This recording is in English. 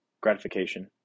gratification